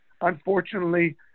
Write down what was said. Unfortunately